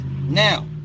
Now